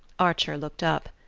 archer looked up.